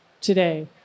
today